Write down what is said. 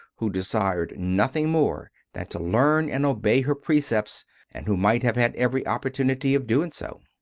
who desired nothing more than to learn and obey her precepts and who might have had every opportunity of doing so.